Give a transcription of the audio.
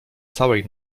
całej